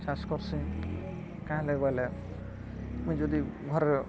ଚାଷ କର୍ସିଁ କାଁହେଲେ ବଏଲେ ମୁଇଁ ଯଦି ଘରର୍